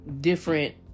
different